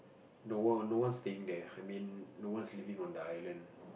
no one no one staying there I mean not one is living on the island